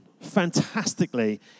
fantastically